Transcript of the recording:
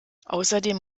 außerdem